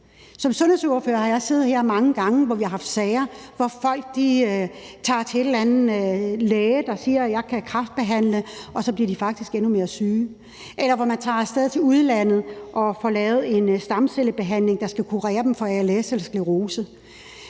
Som sundhedsordfører har jeg siddet her mange gange, hvor vi har haft sager med, at folk er taget til en eller anden læge, der siger, at vedkommende kan kræftbehandle, og så blev de faktisk endnu mere syge; eller at folk er taget af sted til udlandet og har fået lavet en stamcellebehandling, der skulle kurere dem for als eller sklerose.